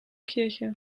kirche